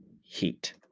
heat